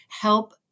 help